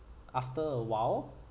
after awhile